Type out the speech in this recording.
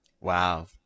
Wow